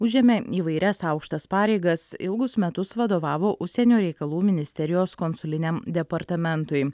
užėmė įvairias aukštas pareigas ilgus metus vadovavo užsienio reikalų ministerijos konsuliniam departamentui